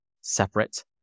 separate